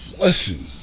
Listen